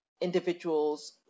individuals